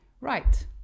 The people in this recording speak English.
Right